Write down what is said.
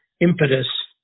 impetus